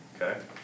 Okay